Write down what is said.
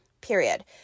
period